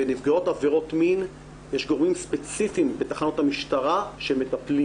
בנפגעות עבירות מין יש גורמים ספציפיים בתחנות המשטרה שמטפלים